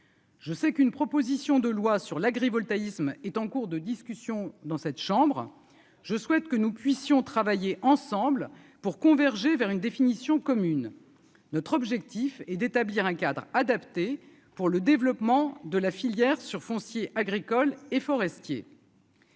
Je sais qu'une proposition de loi sur l'agrivoltaïsme est en cours de discussion dans cette chambre, je souhaite que nous puissions travailler ensemble pour converger vers une définition commune, notre objectif est d'établir un cadre adapté pour le développement de la filière sur foncier agricole et forestier.